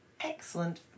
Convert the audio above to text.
excellent